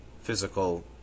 physical